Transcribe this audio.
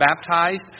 baptized